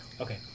Okay